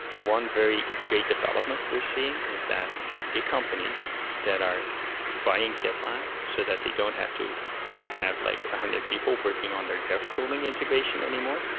one very great development we're seeing is that big companies that are buying gitlab so that they don't have to have like one hundred people working on their dev tooling integration anymore,